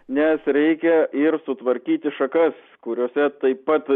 nes reikia ir sutvarkyti šakas kuriose taip pat